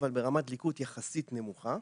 אבל ברמת דליקות יחסית נמוכה.